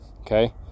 okay